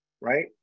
right